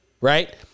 right